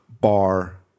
bar